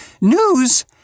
News